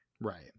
Right